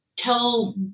tell